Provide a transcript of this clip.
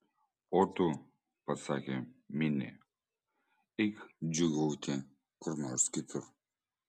o tu pasakė minė eik džiūgauti kur nors kitur